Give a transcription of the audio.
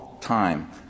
time